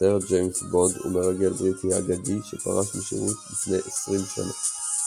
סר ג'יימס בונד הוא מרגל בריטי אגדי שפרש משירות לפני עשרים שנה.